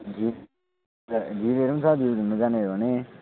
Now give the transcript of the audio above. भ्युहरू पनि छ भ्यु घुम्न जाने भने